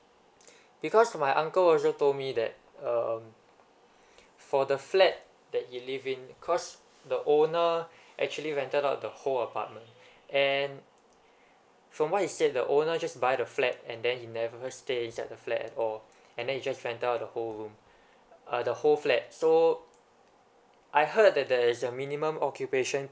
because my uncle also told me that um for the flat that he live in cause the owner actually rented out the whole apartment and from what he said the owner just buy the flat and then he never stay inside the flat at all and then he just rent out the whole room uh the whole flat so I heard that there is a minimum occupation